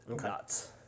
nuts